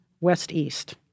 west-east